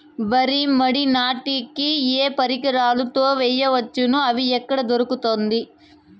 వరి మడి నాటే కి ఏ పరికరాలు తో వేయవచ్చును అవి ఎక్కడ దొరుకుతుంది?